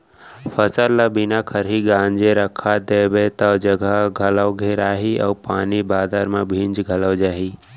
फसल ल बिना खरही गांजे रखा देबे तौ जघा घलौ घेराही अउ पानी बादर म भींज घलौ जाही